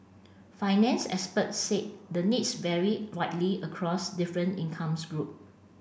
finance experts said the needs vary widely across different incomes groups